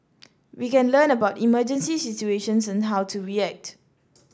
we can learn about emergency situations and how to react